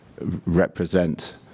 represent